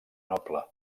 noble